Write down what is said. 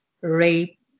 rape